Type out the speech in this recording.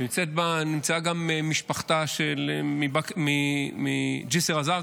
נמצאת גם משפחה מג'יסר א-זרקא,